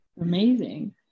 Amazing